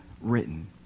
written